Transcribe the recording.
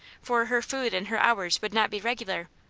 for her food and her hours would not be regular,